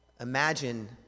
Imagine